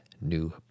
new